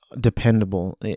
dependable